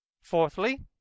Fourthly